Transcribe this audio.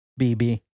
BB